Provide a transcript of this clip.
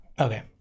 Okay